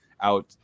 out